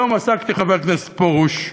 היום עסקתי, סגן השר פרוש,